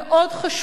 מאוד חשוב.